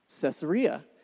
Caesarea